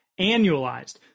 annualized